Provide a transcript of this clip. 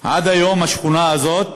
עד היום השכונה הזאת